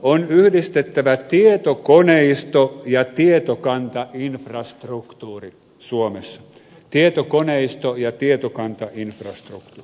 on yhdistettävä tietokoneisto ja tietokantainfrastruktuuri suomessa tietokoneisto ja tietokantainfrastruktuuri